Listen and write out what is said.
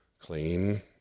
clean